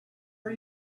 are